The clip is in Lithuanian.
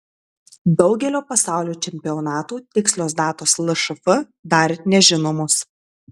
daugelio pasaulio čempionatų tikslios datos lšf dar nežinomos